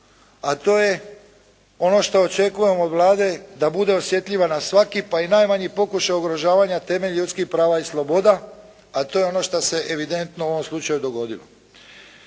A to je ono što očekujem od Vlade da bude osjetljiva na svaki pa i najmanji pokušaj ugrožavanja temeljnih ljudskih prava i sloboda a to je ono što se evidentno u ovoj slučaju dogodilo.